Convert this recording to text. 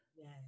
Yes